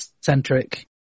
centric